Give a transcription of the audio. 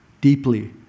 deeply